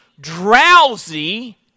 drowsy